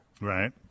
Right